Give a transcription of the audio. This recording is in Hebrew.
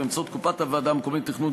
באמצעות קופת הוועדה המקומית לתכנון